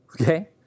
Okay